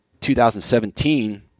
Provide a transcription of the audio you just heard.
2017